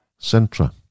Centra